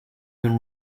been